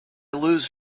lose